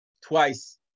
twice